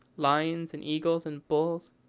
lions and eagles and bulls,